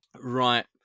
Right